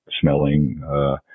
smelling